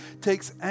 takes